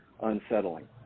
unsettling